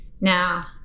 Now